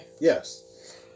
Yes